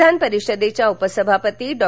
विधान परिषदेच्या उपसभापती डॉ